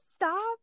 Stop